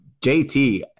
JT